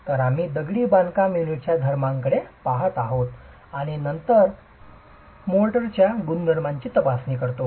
तर आम्ही दगडी बांधकाम युनिटच्या गुणधर्मांकडे पहात आहोत आणि नंतर मोर्टरच्या गुणधर्मांची तपासणी करतो